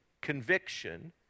Conviction